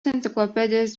enciklopedijos